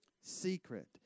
secret